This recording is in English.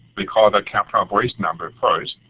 they call the captel voice number first,